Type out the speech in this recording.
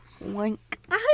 Wink